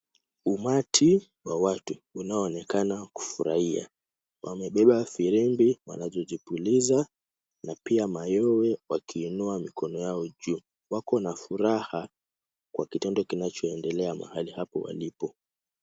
Umati wa watu unaoonekana kufurahia. Wamebeba firimbi wanazozipuliza na pia mayowe wakiinua mikono yao juu. Wakona furaha kwa kitendo kinachoendelea mahali hapo walipo.